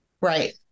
Right